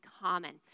common